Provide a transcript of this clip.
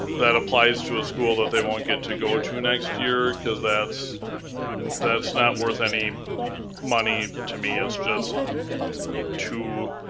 that applies to a school that they won't get to go to next year, cause that's that's not worth any money to me. it's just